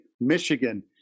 Michigan